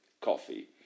coffee